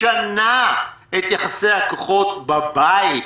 משנה את יחסי הכוחות בבית.